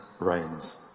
reigns